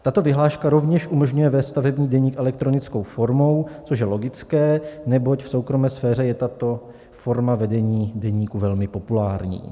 Tato vyhláška rovněž umožňuje vést stavební deník elektronickou formou, což je logické, neboť v soukromé sféře je tato forma vedení deníku velmi populární.